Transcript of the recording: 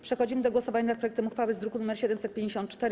Przechodzimy do głosowania nad projektem uchwały z druku nr 754.